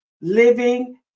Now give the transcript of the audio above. living